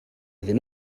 iddyn